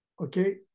okay